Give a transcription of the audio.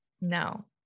No